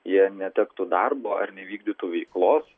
jie netektų darbo ar nevykdytų veiklos